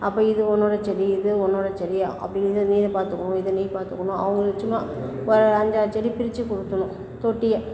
அப்போ இது உன்னோட செடி இது உன்னோட செடி அப்படின்னு இதை நீயே பார்த்துக்கோ இதை நீ பார்த்துக்கணும் அவங்களுக்கு சும்மா ஒரு அஞ்சு ஆறு செடி பிரித்து கொடுத்துட்ணும் தொட்டியை